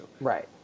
Right